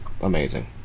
amazing